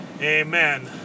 Amen